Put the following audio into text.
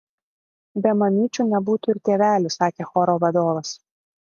be mamyčių nebūtų ir tėvelių sakė choro vadovas